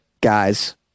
guys